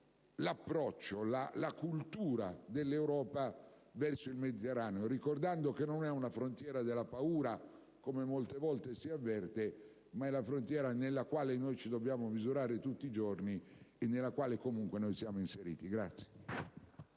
l'approccio, la cultura dell'Europa verso il Mediterraneo, ricordando che non è una frontiera della paura - come molte volte si avverte - ma è la frontiera nella quale dobbiamo misurarci tutti i giorni e nella quale comunque noi siamo inseriti.